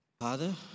Father